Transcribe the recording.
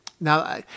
Now